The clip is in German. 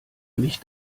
mich